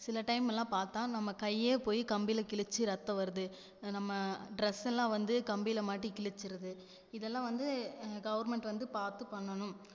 சில டைம் எல்லாம் பார்த்தா நம்ம கையே போய் கம்பியில் கிழித்து ரத்தம் வருது நம்ம டிரெஸ் எல்லாம் வந்து கம்பியில் மாட்டி கிழித்துருது இதெல்லாம் வந்து கவுர்மெண்ட் வந்து பார்த்து பண்ணணும்